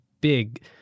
big